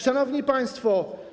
Szanowni Państwo!